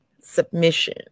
submission